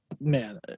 man